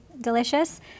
delicious